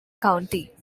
county